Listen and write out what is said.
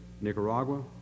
Nicaragua